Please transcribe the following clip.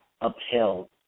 upheld